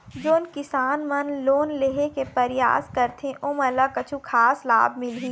जोन किसान मन लोन लेहे के परयास करथें ओमन ला कछु खास लाभ मिलही?